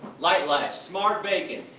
lightlife smart bacon,